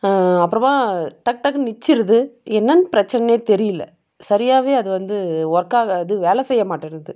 அப்புறமா டக்டக்னு நின்ச்சிருது என்னென் பிரச்சின்னே தெரியல சரியாகவே அது வந்து ஒர்க் ஆகாது வேலை செய்ய மாட்டேன்னுது